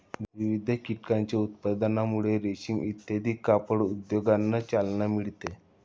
विविध कीटकांच्या उत्पादनामुळे रेशीम इत्यादी कापड उद्योगांना चालना मिळते